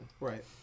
Right